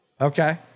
okay